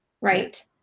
Right